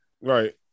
Right